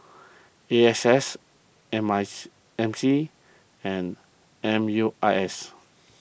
A S S M I M C and M U I S